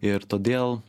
ir todėl